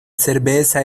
cerveza